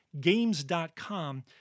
games.com